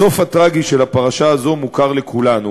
הסוף הטרגי של הפרשה הזאת מוכר לכולנו,